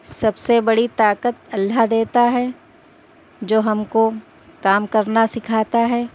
سب سے بڑی طاقت اللہ دیتا ہے جو ہم کو کام کرنا سکھتا ہے